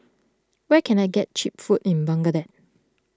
where can I get Cheap Food in Baghdad